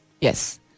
Yes